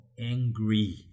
angry